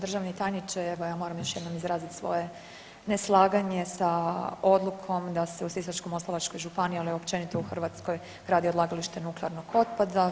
Državni tajniče evo ja moram još jednom izraziti svoje neslaganje sa odlukom da se u Sisačko-moslavačkoj županiji ali i općenito u hrvatskoj radi odlagalište nuklearnog otpada.